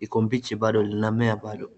iko mbichi bado, linamea bado.